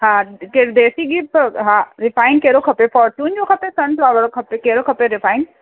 हा केर देसी गीहु ब हा रिफ़ाइंड केरो खपे फ़ॉरचुन जो खपे सन फ़्लावर खपे कहिड़ो वारो खपे रिफ़ाइंड